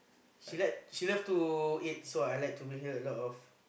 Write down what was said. she like she love to eat so I like to bring her a lot of